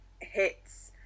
hits